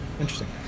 Interesting